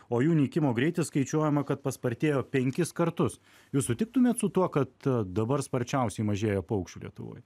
o jų nykimo greitis skaičiuojama kad paspartėjo penkis kartus jūs sutiktumėt su tuo kad dabar sparčiausiai mažėja paukščių lietuvoj